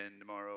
tomorrow